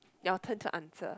your turn to answer